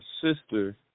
sister